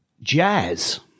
jazz